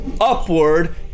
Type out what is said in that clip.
upward